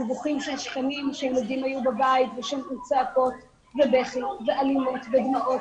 דיווחים של שכנים שהילדים היו בבית והם שמעו צעקות ובכי ואלימות ודמעות.